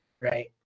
right